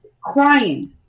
crying